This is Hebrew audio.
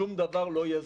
שום דבר לא יזוז.